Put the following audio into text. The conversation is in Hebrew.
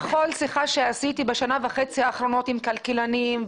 בכל שיחה שעשיתי בשנה וחצי האחרונות עם כלכלנים,